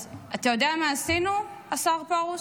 אז אתה יודע מה עשינו, השר פרוש?